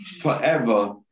forever